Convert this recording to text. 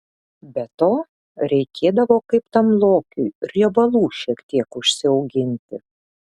be to reikėdavo kaip tam lokiui riebalų šiek tiek užsiauginti